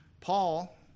Paul